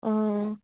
অঁ